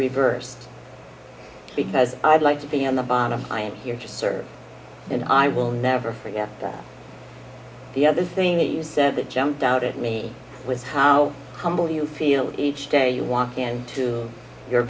reversed because i'd like to be on the bottom i'm here to serve and i will never forget that the other thing that you said that jumped out at me was how humble you feel each day you walk into your